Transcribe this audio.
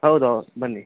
ಹೌದೌದು ಬನ್ನಿ